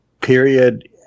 period